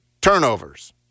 turnovers